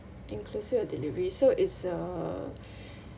inclusive of delivery so it's uh